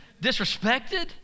disrespected